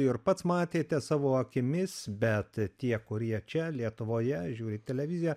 ir pats matėte savo akimis bet tie kurie čia lietuvoje žiūri televiziją